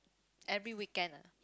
every weekend ah